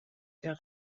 der